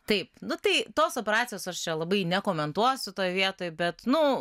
taip nu tai tos operacijos aš čia labai nekomentuosiu toj vietoj bet nu